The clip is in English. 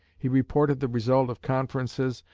he reported the result of conferences,